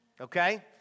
Okay